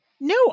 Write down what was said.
No